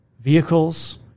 vehicles